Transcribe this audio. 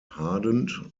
hardened